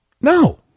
No